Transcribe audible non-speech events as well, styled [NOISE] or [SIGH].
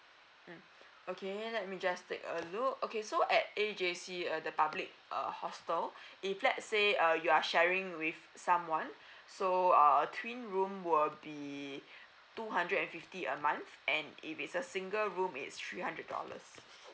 mm okay let me just take a look okay so at A_J_C uh the public uh hostel if let say uh you are sharing with some one so uh twin room will be [BREATH] two hundred and fifty a month and if it's a single room it's three hundred dollars